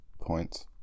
points